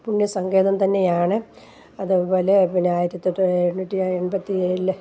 പുണ്യ സങ്കേതം തന്നെയാണ് അതേപോലെ പിന്നെ ആയിരത്തി എണ്ണൂറ്റി അമ്പത്തി ഏഴിൽ